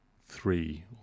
three